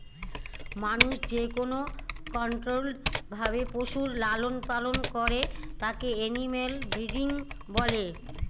মানুষ যেকোনো কন্ট্রোল্ড ভাবে পশুর লালন পালন করে তাকে এনিম্যাল ব্রিডিং বলে